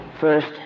First